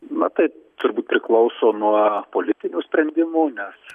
na tai turbūt priklauso nuo politinių sprendimų nes